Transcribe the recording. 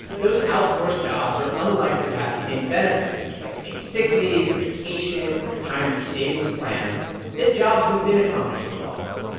those outsourced jobs are unlikely to have the same benefits like paid sick leave or vacation or retirement savings plans that jobs within a company would offer.